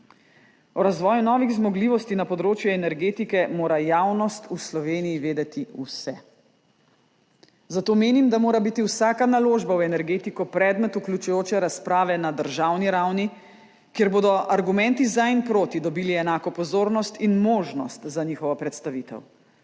O razvoju novih zmogljivosti na področju energetike mora javnost v Sloveniji vedeti vse, zato menim, da mora biti vsaka naložba v energetiko predmet vključujoče razprave na državni ravni, kjer bodo argumenti za in proti dobili enako pozornost in možnost za njihovo predstavitev.